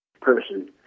person